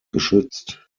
geschützt